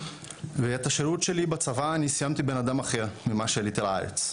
ואת השירות שלי בצבא אני סיימתי בן אדם אחר ממה שעליתי לארץ,